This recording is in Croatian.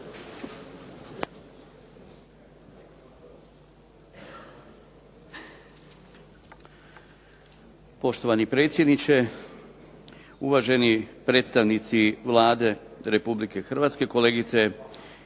Poštovani predsjedniče, uvaženi predstavnici Vlade Republike Hrvatske, kolegice